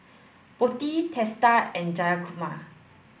Potti Teesta and Jayakumar